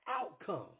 outcome